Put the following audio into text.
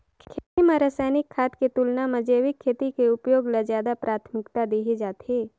खेती म रसायनिक खाद के तुलना म जैविक खेती के उपयोग ल ज्यादा प्राथमिकता देहे जाथे